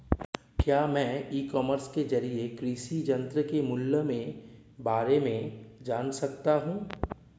क्या मैं e commerce के ज़रिए कृषि यंत्र के मूल्य में बारे में जान सकता हूँ?